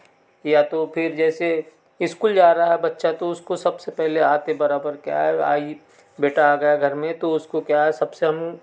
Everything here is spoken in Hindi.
या तो फिर जैसे इस्कूल जा रहा है बच्चा तो उसको सबसे पहले आते बराबर क्या आएगा बेटा आ गया घर में तो उसको क्या सबसे हम